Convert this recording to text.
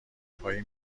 پایی